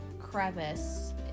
crevice